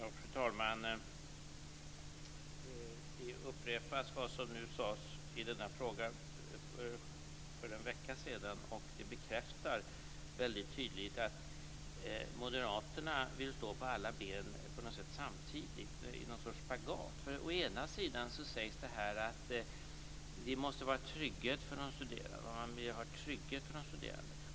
Fru talman! Det upprepas nu vad som sades i denna fråga för en vecka sedan. Det bekräftar väldigt tydligt att moderaterna vill stå på alla ben samtidigt, i något slags spagat. Å ena sidan sägs det att det måste finnas trygghet för de studerande.